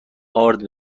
ارد